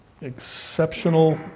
exceptional